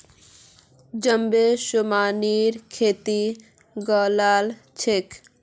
jumbo सोयाबीनेर खेती लगाल छोक